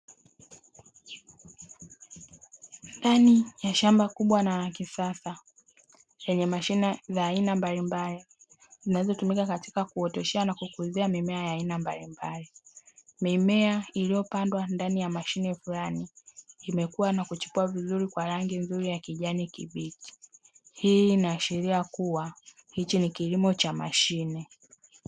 Ndani ya shamba kubwa la kisasa lenye mashine za aina mbalimbali, zinazotumika katika kukuzia na kuoteshea mimea ya aina mbalimblali. Mimea iliyopandwa ndani ya mashine ndani fulani imekua na kuchipua kwa rangi nzuri ya kijani kibichi, hii inaashiria kuwa hichi ni kilimo cha mashine.